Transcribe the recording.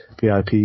VIP